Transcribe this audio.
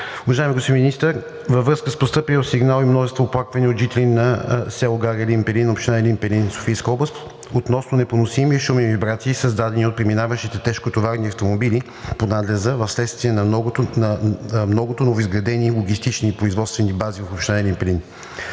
Уважаеми господин Министър, във връзка с постъпил сигнал и множество оплаквания от жители на село Гара Елин Пелин, община Елин Пелин, Софийска област, относно непоносимия шум и вибрации, създадени от преминаващите тежкотоварни автомобили по надлеза вследствие на многото новоизградени логистични и производствени бази в община Елин Пелин.